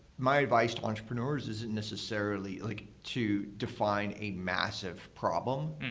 my advice to entrepreneurs isn't necessarily like to define a massive problem.